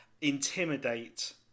intimidate